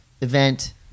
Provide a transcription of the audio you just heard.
event